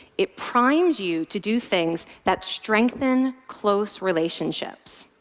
it primes you to do things that strengthen close relationships.